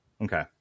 Okay